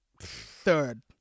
Third